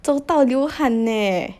走到流汗 eh